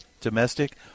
domestic